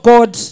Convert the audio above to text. God